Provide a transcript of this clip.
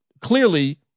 Clearly